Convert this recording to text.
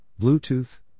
Bluetooth